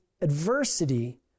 adversity